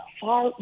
far